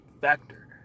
factor